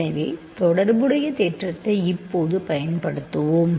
எனவே தொடற்புடைய தேற்றத்தை இப்போது பயன்படுத்துவோம்